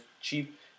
cheap